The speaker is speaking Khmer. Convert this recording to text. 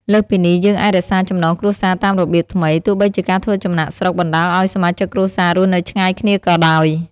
លើសពីនេះយើងអាចរក្សាចំណងគ្រួសារតាមរបៀបថ្មី ទោះបីជាការធ្វើចំណាកស្រុកបណ្ដាលឱ្យសមាជិកគ្រួសាររស់នៅឆ្ងាយគ្នាក៏ដោយ។